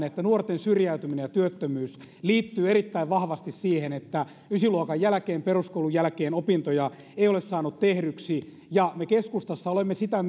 että nuorten syrjäytyminen ja työttömyys liittyvät erittäin vahvasti siihen että ysiluokan jälkeen peruskoulun jälkeen opintoja ei ole saanut tehdyksi me keskustassa olemme sitä